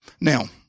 Now